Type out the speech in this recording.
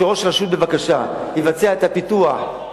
שראש הרשות יבצע בבקשה את הפיתוח,